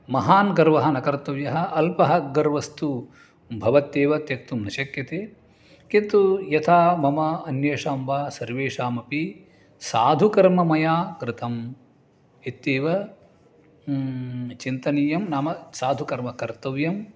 महान् गर्वः न कर्तव्यः अल्पः गर्वस्तु भवत्येव त्यक्तुं न शक्यते किन्तु यथा मम अन्येषां वा सर्वेषामपि साधुकर्म मया कृतम् इत्येव चिन्तनीयं नाम साधुकर्म कर्तव्यम्